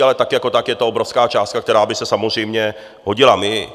Ale tak jako tak je to obrovská částka, která by se samozřejmě hodila.